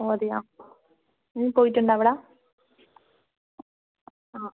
ഓ അതെയോ നീ പോയിട്ടുണ്ടോ അവിടെ ആ